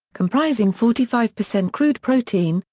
comprising forty five percent crude protein,